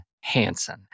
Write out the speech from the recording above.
Hansen